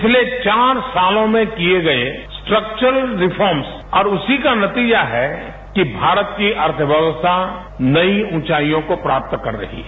पिछले चार सालों में किये गये स्ट्रेक्चरल रिफॉर्मस और उसी का नतीजा है कि भारत की अर्थव्यवस्था नई ऊंचाइयों को प्राप्त कर रही है